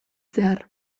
zehar